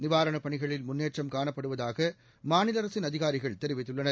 நிவாரணப் பணிகளில் முன்னேற்றம் காணப்படுவதாக மாநில அரசின் அதிகாரிகள் தெரிவித்துள்ளனர்